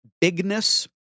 bigness